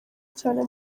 cyane